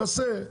נעשה.